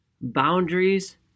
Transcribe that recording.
Boundaries